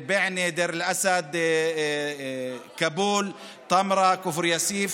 אל-בענה, דיר אל-אסד, כבול, טמרה, כפר יאסיף,